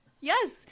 Yes